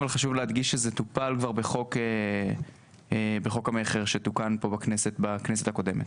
אבל חשוב להדגיש שזה טופל כבר בחוק המכר שתוקן פה בכנסת הקודמת.